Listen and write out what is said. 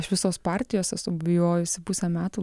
iš visos partijos esu bijojusi pusę metų